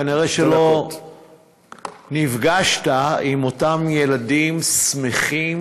כנראה לא נפגשת עם אותם ילדים שמחים,